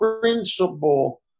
principle